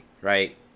right